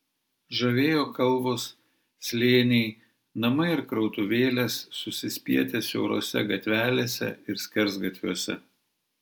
žavėjo kalvos slėniai namai ir krautuvėlės susispietę siaurose gatvelėse ir skersgatviuose